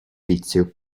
vizio